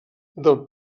del